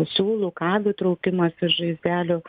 siūlų kabių traukimas iš žaizdelių